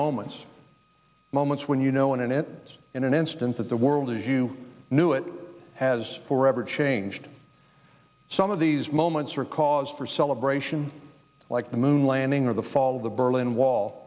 moment moments when you know when it in an instance of the world and you knew it has forever changed some of these moments are cause for celebration like the moon landing or the fall of the berlin wall